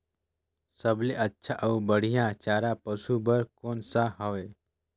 सबले अच्छा अउ बढ़िया चारा पशु बर कोन सा हवय?